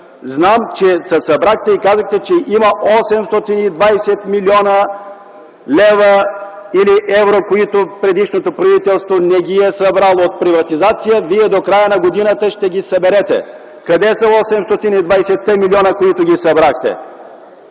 и туризъм, вие казахте, че има 820 млн. лв. или евро, които предишното правителство не е събрало от приватизация, а вие до края на годината ще ги съберете. Къде са 820-те милиона, които ги събрахте?